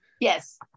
Yes